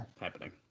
happening